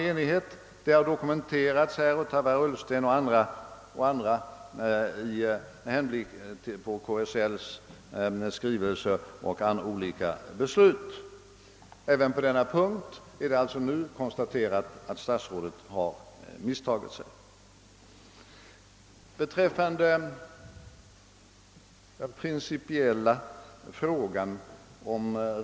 Det har dokumenterats av herr Ullsten genom hänvisning till KSL:s skrivelser och olika beslut, att statsrådet har misstagit sig också på denna punkt.